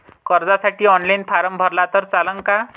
कर्जसाठी online form भरला तर चालन का?